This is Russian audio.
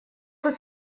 тут